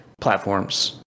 platforms